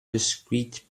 discrete